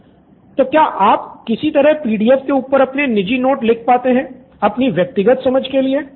student 1 तो क्या आप किसी तरह पीडीएफ के ऊपर अपने निजी नोट लिख पाते है अपनी व्यक्तिगत समझ के लिए